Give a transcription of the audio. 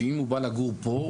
שאם הוא בא לגור פה,